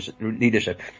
leadership